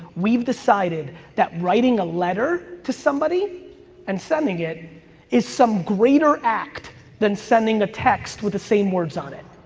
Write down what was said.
we've decided that writing a letter to somebody and sending it is some greater act than sending a text with the same words on it.